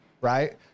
right